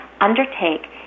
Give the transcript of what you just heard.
undertake